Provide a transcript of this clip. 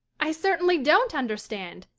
i certainly don't understand.